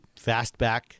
fastback